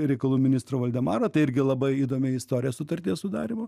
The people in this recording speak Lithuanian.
reikalų ministro valdemarą tai irgi labai įdomi istorija sutarties sudarymo